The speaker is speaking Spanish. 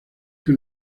que